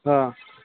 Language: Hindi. हाँ